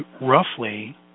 roughly